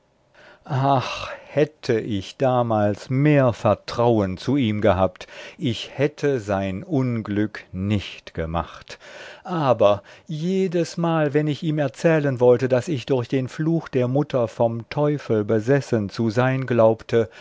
hätte ich damals mehr vertrauen zu ihm gehabt ich hätte sein unglück nicht gemacht aber jedesmal wenn ich ihm erzählen wollte daß ich durch den fluch der mutter vom teufel besessen zu sein glaubte